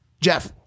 Jeff